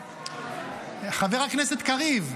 חבר הכנסת קריב,